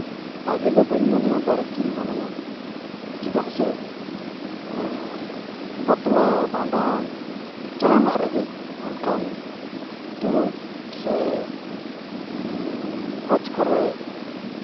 ᱵᱷᱟᱹᱜᱤ ᱫᱚ ᱵᱟᱹᱧ ᱢᱚᱱᱮᱭᱟ ᱵᱟᱹᱲᱤᱡ ᱜᱤᱧ ᱢᱚᱱᱮᱭᱟ ᱪᱮᱫᱟᱜ ᱥᱮ ᱵᱟᱯᱞᱟ ᱵᱷᱟᱸᱰᱟᱱ ᱡᱟᱦᱟᱱᱟᱜ ᱨᱮᱜᱮ ᱚᱱᱠᱟᱱ ᱫᱩᱲᱩᱵ ᱥᱮ ᱵᱷᱚᱡᱽ ᱠᱚᱨᱮ